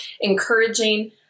encouraging